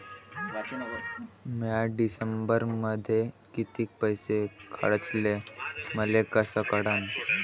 म्या डिसेंबरमध्ये कितीक पैसे खर्चले मले कस कळन?